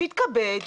שיתכבד,